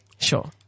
Sure